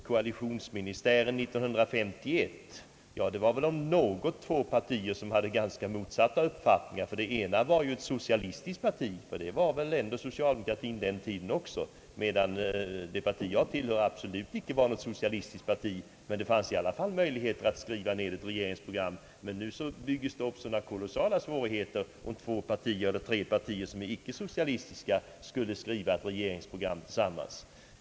Koalitionsministären 1951 var om något ett exempel på två partier med motsatta uppfattningar i en regering. Det ena partiet var socialistiskt — ty det var väl socialdemokratin på den tiden också — medan det parti jag tillhör absolut inte var socialistiskt. Det fanns i alla fall möjligheter att skriva ett regeringsprogram. Men nu byggs det upp sådana kolossala svårigheter om två eller tre partier, som icke är socialistiska, skulle skriva ett regeringsprogram tillsammans.